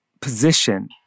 position